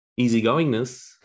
easygoingness